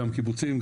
גם קיבוצים,